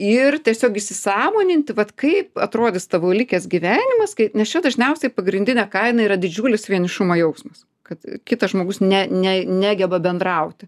ir tiesiog įsisąmoninti vat kaip atrodys tavo likęs gyvenimas kai nes čia dažniausiai pagrindinė kaina yra didžiulis vienišumo jausmas kad kitas žmogus ne ne negeba bendrauti